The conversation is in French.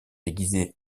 déguisé